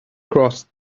crossed